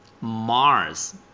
Mars